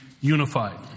unified